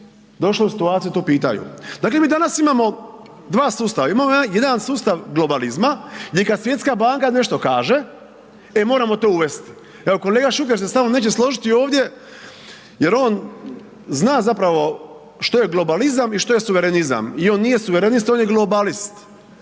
došle u situaciju da to pitaju. Dakle, mi danas imamo dva sustava, imamo jedan sustav globalizma gdje kad Svjetska banka nešto kaže e moramo to uvesti. Evo, kolega Šuker se sa mnom neće složiti ovdje jer on zna zapravo što je globalizam i što je suverenizam i on nije suverenist, on je globalist,